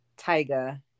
Tyga